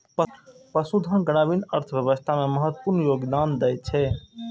पशुधन ग्रामीण अर्थव्यवस्था मे महत्वपूर्ण योगदान दै छै